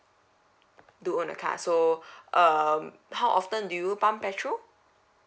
do own a car so um how often do you pump petrol